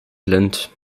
blind